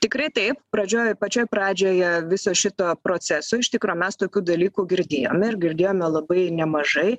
tikrai taip pradžioj pačioj pradžioje viso šito proceso iš tikro mes tokių dalykų girdėjom ir girdėjome labai nemažai